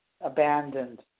Abandoned